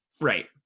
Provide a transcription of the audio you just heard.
right